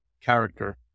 character